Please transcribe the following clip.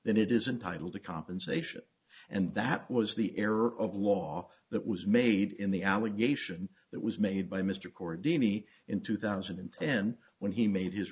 then it is entitle to compensation and that was the error of law that was made in the allegation that was made by mr cor dini in two thousand and ten when he made his